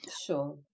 sure